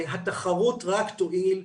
שהתחרות רק תועיל,